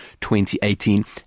2018